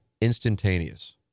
instantaneous